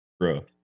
growth